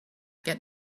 get